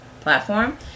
platform